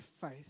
faith